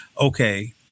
Okay